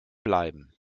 bleiben